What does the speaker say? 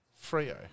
Frio